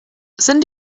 sind